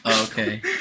okay